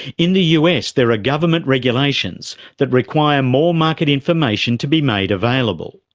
in the us there are government regulations that require more market information to be made available.